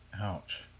Ouch